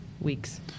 weeks